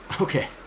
Okay